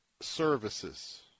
services